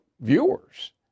viewers